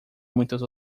muitas